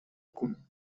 kun